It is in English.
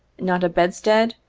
not a bedstead,